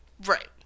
Right